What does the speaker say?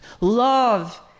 Love